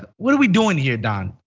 what are we doing here dawn?